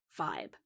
vibe